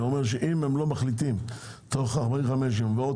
שאומר שאם הם לא מחליטים תוך 54 יום ועוד